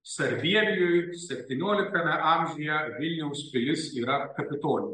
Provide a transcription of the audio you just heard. sarbievijui septynioliktame amžiuje vilniaus pilis yra kapitolijus